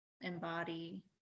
embody